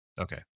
okay